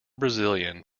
brazilian